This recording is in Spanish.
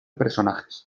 personajes